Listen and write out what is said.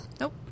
Nope